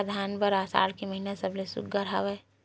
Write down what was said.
का धान बर आषाढ़ के महिना सबले सुघ्घर हवय?